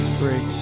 three